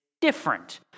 different